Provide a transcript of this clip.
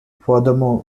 furthermore